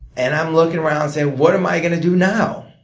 and i'm looking around saying, what am i gonna do now?